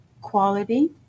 quality